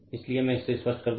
इसलिए मैं इसे स्पष्ट कर दूं